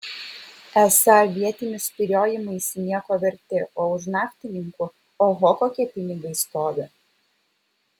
esą vietinių spyriojimaisi nieko verti o už naftininkų oho kokie pinigai stovi